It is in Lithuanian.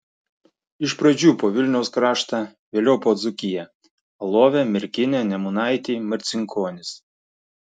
iš pradžių po vilniaus kraštą vėliau po dzūkiją alovę merkinę nemunaitį marcinkonis